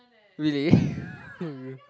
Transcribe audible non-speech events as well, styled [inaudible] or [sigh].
really [laughs]